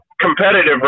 competitive